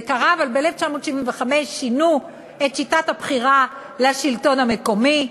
אבל ב-1975 שינו את שיטת הבחירה לשלטון המקומי,